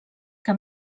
que